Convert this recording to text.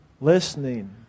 listening